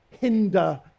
hinder